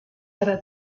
zara